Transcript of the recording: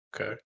Okay